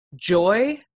joy